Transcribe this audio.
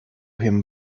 him